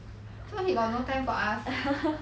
so he got no time for us